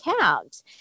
count